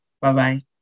Bye-bye